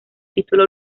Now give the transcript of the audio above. título